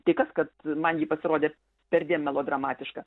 tai kas kad man ji pasirodė perdėm melodramatiška